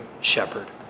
shepherd